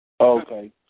Okay